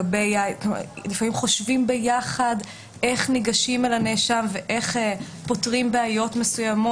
לפעמים חושבים ביחד איך ניגשים אל הנאשם ואיך פותרים בעיות מסוימות.